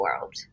world